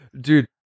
dude